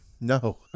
no